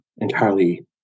entirely